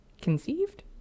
conceived